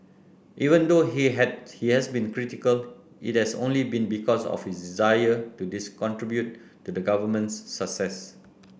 even though he has he has been critical it has only been because of his desire to dis contribute to the government's success